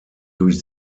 durch